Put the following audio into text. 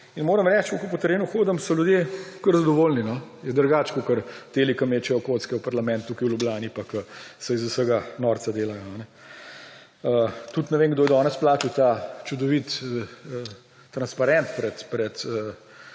Moram reči, da ko po terenu hodim, so ljudje kar zadovoljni, je drugače kot tisti, ki mečejo kocke v parlament tukaj v Ljubljani pa ki se iz vsega norca delajo. Tudi ne vem, kdo je danes plačal ta čudoviti transparent pred